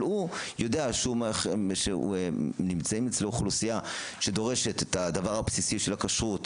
הוא יודע שנמצאת אצלו אוכלוסייה שדורשת את הדבר הבסיסי של הכשרות,